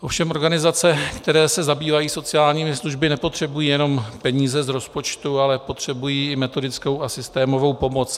Ovšem organizace, které se zabývají sociálními službami, nepotřebují jenom peníze z rozpočtu, ale potřebují i metodickou a systémovou pomoc.